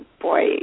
boy